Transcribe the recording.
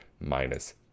minus